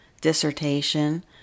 dissertation